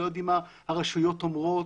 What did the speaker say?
לא יודעים מה הרשויות אומרות.